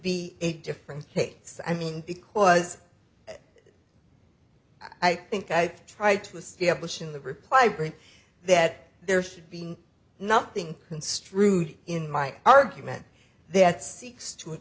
be a different kates i mean because i think i've tried to establish in the reply brief that there should be nothing construed in my argument that seeks to